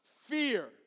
fear